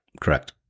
Correct